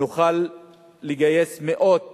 נוכל לגייס מאות